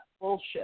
bullshit